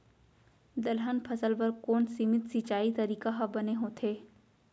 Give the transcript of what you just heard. दलहन फसल बर कोन सीमित सिंचाई तरीका ह बने होथे?